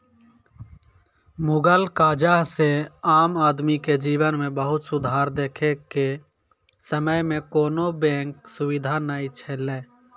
मुगल काजह से आम आदमी के जिवन मे बहुत सुधार देखे के समय मे कोनो बेंक सुबिधा नै छैले